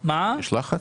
לחץ?